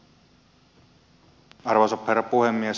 arvoisa herra puhemies